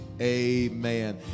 amen